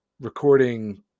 recording